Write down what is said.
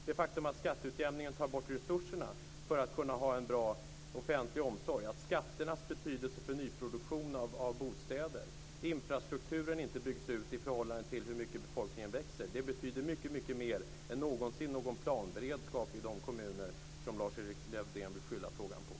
De faktum att skatteutjämningen tar bort resurserna för en bra offentlig omsorg, att skatterna har betydelse för nyproduktion av bostäder, att infrastrukturen inte byggs ut i förhållande till hur mycket befolkningen växer betyder mycket mer än någon planberedskap i de kommuner som Lars Erik Lövdén vill skylla problemen på.